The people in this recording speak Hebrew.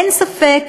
אין ספק